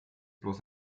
bloß